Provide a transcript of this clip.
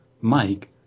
Mike